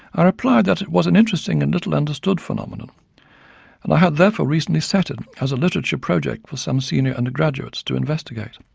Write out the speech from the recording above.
i replied that it was an interesting and little understood phenomenon and i had therefore recently set it as a literature project for some senior undergraduates to investigate.